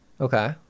Okay